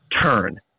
turn